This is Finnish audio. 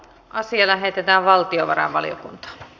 asia lähetettiin valtiovarainvaliokuntaan